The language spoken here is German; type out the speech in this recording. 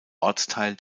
ortsteil